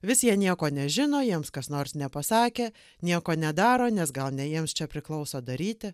visi jie nieko nežino jiems kas nors nepasakė nieko nedaro nes gal ne jiems čia priklauso daryti